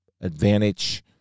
advantage